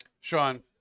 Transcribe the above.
Sean